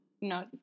No